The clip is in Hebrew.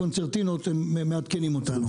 הקונצרטינות מעדכנים אותנו.